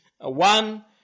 One